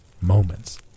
Moments